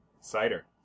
Cider